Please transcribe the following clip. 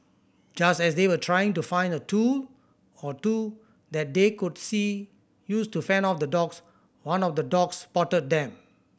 just as they were trying to find a tool or two that they could see use to fend off the dogs one of the dogs spotted them